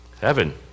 Heaven